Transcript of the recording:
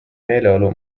meeleolu